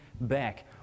back